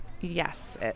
Yes